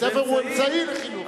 ספר הוא אמצעי לחינוך.